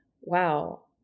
wow